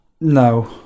No